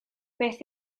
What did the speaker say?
beth